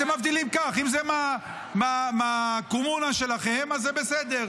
אתם מבדילים כך: אם זה מהקומונה שלכם אז זה בסדר,